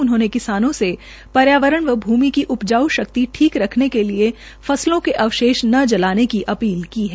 उन्होंने किसानो से पर्यावरण व भूमि की उपजाऊ शक्ति ठीक रखने के लिए फस्लों के अवशेष न जलाने की अपील की है